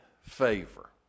favor